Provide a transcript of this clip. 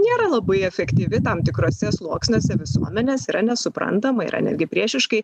nėra labai efektyvi tam tikruose sluoksniuose visuomenės yra nesuprantama yra netgi priešiškai